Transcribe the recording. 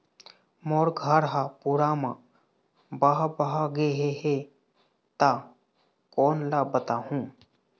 मोर घर हा पूरा मा बह बह गे हे हे ता कोन ला बताहुं?